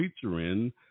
featuring